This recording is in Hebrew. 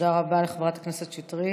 תודה רבה לחברת הכנסת שטרית.